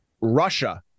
Russia